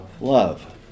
love